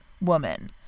woman